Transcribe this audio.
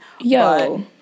Yo